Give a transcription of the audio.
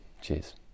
Cheers